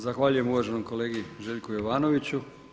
Zahvaljujem uvaženom kolegi Željku Jovanoviću.